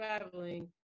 traveling